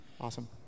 awesome